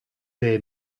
they